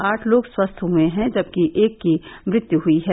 आठ लोग स्वस्थ हुए हैं जबकि एक की मृत्यु हुई है